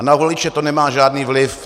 Ale na voliče to nemá žádný vliv.